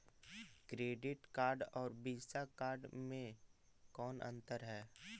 Credit card और Visa card मे कौन अन्तर है?